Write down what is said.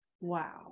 Wow